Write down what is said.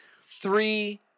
three